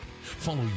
Follow